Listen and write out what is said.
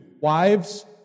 wives